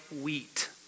wheat